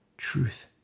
Truth